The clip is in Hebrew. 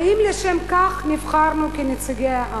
האם לשם כך נבחרנו כנציגי העם,